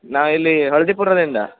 ನಾವು ಇಲ್ಲಿ ಹಳ್ದಿಪುರದಿಂದ